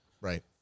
Right